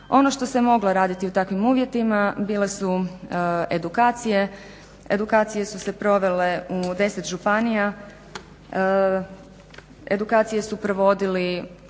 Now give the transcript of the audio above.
Ono što se moglo raditi u takvim uvjetima bile su edukacije. Edukacije su se provele u 10 županija, edukacije su provodili